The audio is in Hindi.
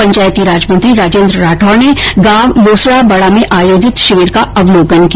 पंचायती राज मंत्री राजेन्द्र राठौड़ ने गांव लोसड़ा बड़ा में आयोजित शिविर का अवलोकन किया